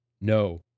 No